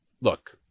look